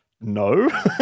no